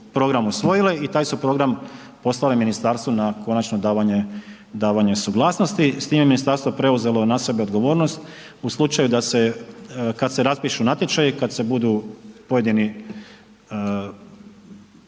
program usvojile i taj su program poslale ministarstvu na konačno davanje suglasnosti. S time je ministarstvo preuzelo na sebe odgovornost u slučaju kada se raspišu natječaji kada se budu pojedini